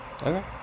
Okay